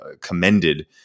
commended